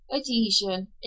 adhesion